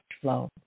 flow